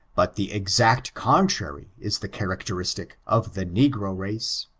but the exact contrary is the characteristic of the negfo race.